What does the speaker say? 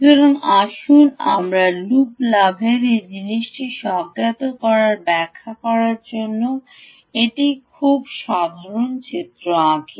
সুতরাং আসুন আমরা লুপ লাভের এই জিনিসটিকে স্বজ্ঞাতভাবে আবার ব্যাখ্যা করার জন্য একটি খুব সাধারণ চিত্র আঁকি